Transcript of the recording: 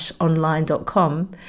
online.com